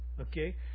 Okay